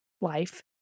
life